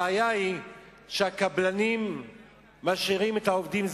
הבעיה היא שהקבלנים משאירים את העובדים הזרים,